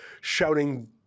shouting